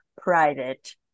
private